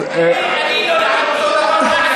מילא אני לא למדתי,